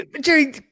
jerry